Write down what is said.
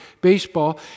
baseball